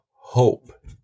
hope